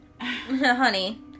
honey